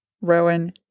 Rowan